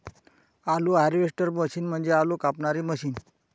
आलू harvester machine म्हणजे आलू कापणारी मशीन